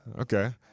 Okay